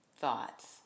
thoughts